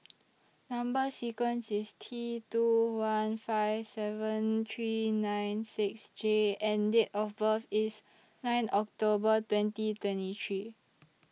Number sequence IS T two one five seven three nine six J and Date of birth IS nine October twenty twenty three